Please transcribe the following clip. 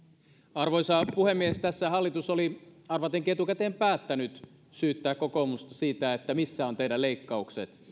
arvoisa puhemies tässä hallitus oli arvatenkin etukäteen päättänyt syyttää kokoomusta siitä missä ovat meidän leikkauksemme